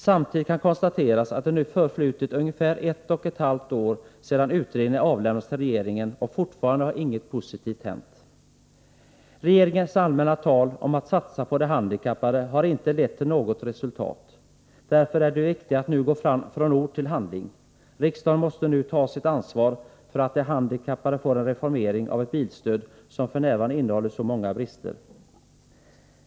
Samtidigt kan konstateras att det nu förflutit ungefär ett och ett halvt år sedan utredningen avlämnats till regeringen, och fortfarande har inget positivt hänt. Regeringens allmänna tal om att satsa på de handikappade har inte lett till något resultat. Därför är det viktigt att nu gå från ord till handling. Riksdagen måste nu ta sitt ansvar för att de handikappade får en reformering av ett bilstöd som f. n. innehåller så många brister.